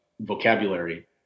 vocabulary